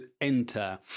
enter